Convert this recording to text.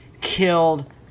killed